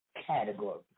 category